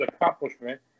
accomplishment